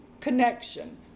connection